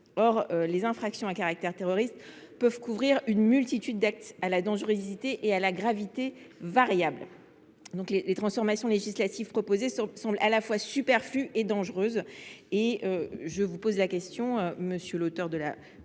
d’infraction à caractère terroriste couvre en effet une multitude d’actes à la dangerosité et à la gravité variables. Les transformations législatives proposées semblent donc à la fois superflues et dangereuses. Je vous pose la question, monsieur l’auteur de la